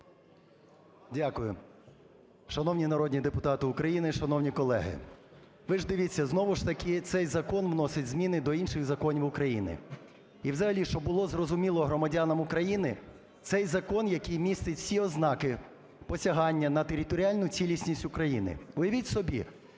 Дякую. Шановні народні депутати України, шановні колеги! Ви ж дивіться, знову ж таки цей закон вносить зміни до інших законів України. І взагалі, щоб було зрозуміло громадянам України, це закон, який містить всі ознаки посягання на територіальну цілісність України. Уявіть собі,